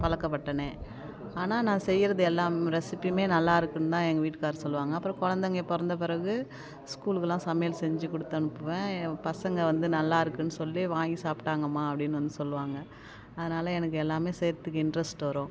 பழக்கப்பட்டனே ஆனால் நான் செய்வது எல்லாம் ரெசிபியுமே நல்லாயிருக்குனு தான் எங்கள் வீட்டுக்காரர் சொல்வாங்க அப்புறோம் கொழந்தைங்க பிறந்த பிறகு ஸ்கூலுக்கெலாம் சமையல் செஞ்சு கொடுத்து அனுப்புவேன் என் பசங்கள் வந்து நல்லாயிருக்குனு சொல்லி வாங்கி சாப்பிட்டாங்கம்மா அப்படினு வந்து சொல்வாங்க அதனால எனக்கு எல்லாமே செய்வதுக்கு இன்ட்ரஸ்ட் வரும்